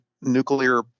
nuclear